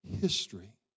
history